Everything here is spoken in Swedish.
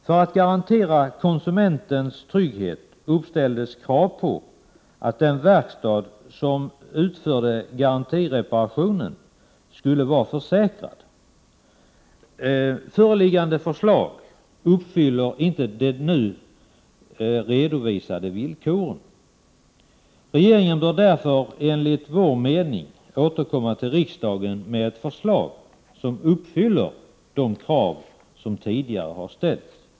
För att garantera konsumentens trygghet uppställdes krav på att den verkstad som utförde garantireparationen skulle vara försäkrad. Föreliggande förslag uppfyller inte de nu redovisade villkoren. Regeringen bör därför enligt vår mening återkomma till riksdagen med ett förslag, som uppfyller de krav som tidigare har ställts.